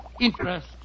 interest